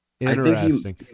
Interesting